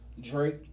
Drake